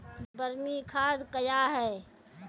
बरमी खाद कया हैं?